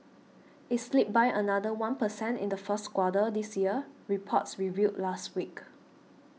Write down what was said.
it slipped by another one per cent in the first quarter this year reports revealed last week